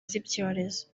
z’ibyorezo